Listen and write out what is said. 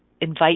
invite